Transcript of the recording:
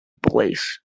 police